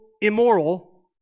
immoral